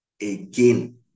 again